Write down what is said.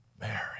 Mary